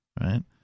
right